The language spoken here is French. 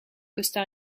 costa